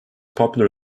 popular